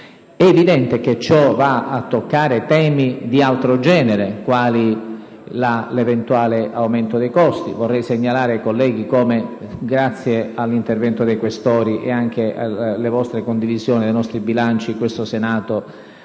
È evidente che ciò va a toccare temi di altro genere, quali l'eventuale aumento dei costi. Vorrei segnalare ai colleghi, come, grazie all'intervento dei senatori Questori ed anche alla condivisione dei nostri bilanci, questo Senato ha